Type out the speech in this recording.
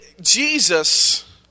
Jesus